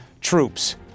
troops